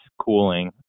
cooling